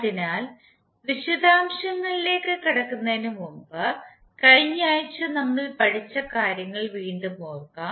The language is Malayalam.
അതിനാൽ വിശദാംശങ്ങളിലേക്ക് കടക്കുന്നതിന് മുമ്പ് കഴിഞ്ഞ ആഴ്ച നമ്മൾ പഠിച്ച കാര്യങ്ങൾ വീണ്ടും ഓർക്കാം